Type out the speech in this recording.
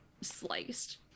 Sliced